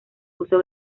uso